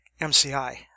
MCI